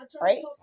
Right